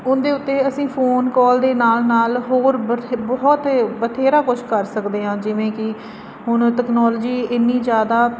ਉਹਦੇ ਉੱਤੇ ਅਸੀਂ ਫੋਨ ਕਾਲ ਦੇ ਨਾਲ ਨਾਲ ਹੋਰ ਬਥੇ ਬਹੁਤ ਬਥੇਰਾ ਕੁਝ ਕਰ ਸਕਦੇ ਹਾਂ ਜਿਵੇਂ ਕਿ ਹੁਣ ਟੈਕਨੋਲੋਜੀ ਇੰਨੀ ਜ਼ਿਆਦਾ